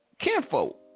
careful